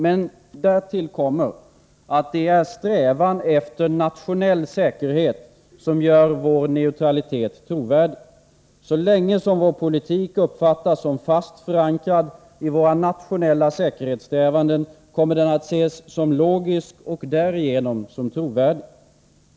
Men därtill kommer att det är strävan efter nationell säkerhet som gör vår neutralitet trovärdig. Så länge vår politik uppfattas som fast förankrad i våra nationella säkerhetssträvanden kommer den att ses som logisk och därigenom som trovärdig.